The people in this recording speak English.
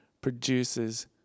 produces